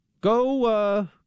go